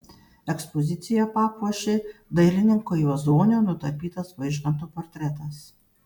ekspoziciją papuošė dailininko juozonio nutapytas vaižganto portretas